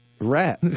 Rap